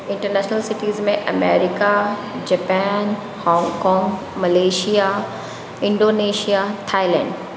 international cities में America Japan Hong Kong Malaysia Indonesia Thailand